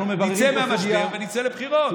נצא מהמשבר ונצא לבחירות.